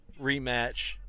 rematch